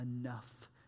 enough